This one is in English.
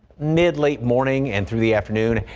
mid late morning and through the afternoon,